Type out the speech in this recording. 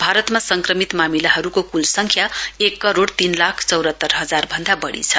भारतमा संक्रमित मामिलाहरूको क्ल संख्या एक करोड़ तीन लाख चौरातर हजार भन्दा बढ़ी छ